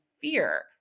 fear